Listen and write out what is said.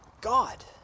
God